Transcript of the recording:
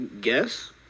Guess